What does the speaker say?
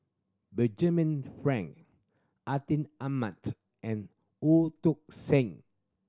Benjamin Frank Atin Amat and Sen